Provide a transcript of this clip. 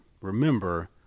remember